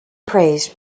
praised